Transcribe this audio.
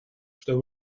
the